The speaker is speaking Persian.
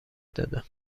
دادم